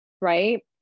right